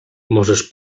możesz